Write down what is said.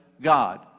God